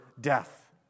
death